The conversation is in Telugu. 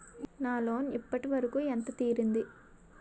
నా లోన్ ఇప్పటి వరకూ ఎంత తీరింది?